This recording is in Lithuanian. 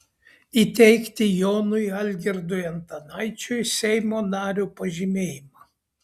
įteikti jonui algirdui antanaičiui seimo nario pažymėjimą